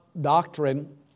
doctrine